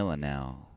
Now